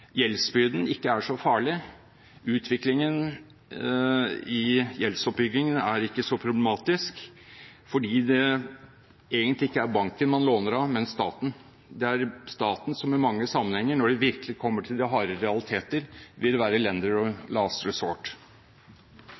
gjeldsbyrden ikke er så farlig – utviklingen i gjeldsoppbyggingen er ikke så problematisk, fordi det egentlig ikke er banken man låner av, men staten. Det er staten som i mange sammenhenger, når det virkelig kommer til de harde realiteter, vil være «lender of last resort».